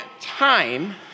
time